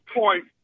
point